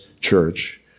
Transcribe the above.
church